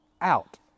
out